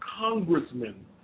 congressmen